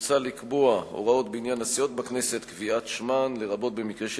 מוצע לקבוע הוראות בעניין הסיעות בכנסת וקביעת שמותיהן,